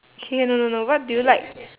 okay no no no what do you like